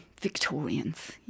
Victorians